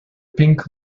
pink